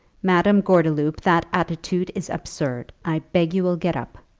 madame gordeloup, that attitude is absurd i beg you will get up.